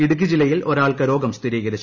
ഇടുക്കി ജില്ലയിൽ ഒരാൾക്ക് രോഗം സ്ഥിരീകരിച്ചു